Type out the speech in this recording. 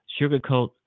sugarcoat